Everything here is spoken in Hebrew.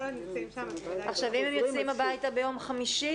כל עוד הם נמצאים שם אז ודאי --- אם הם יוצאים הביתה ביום חמישי